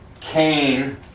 Cain